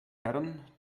herren